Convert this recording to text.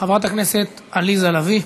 חברת הכנסת עליזה לביא,